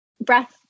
breath